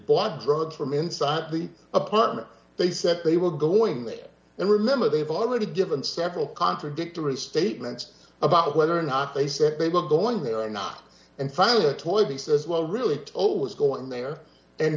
bought drugs from inside the apartment they said they would go in there and remember they've already given several contradictory statements about whether or not they said they were going there or not and finally a toy he says well really old was going there and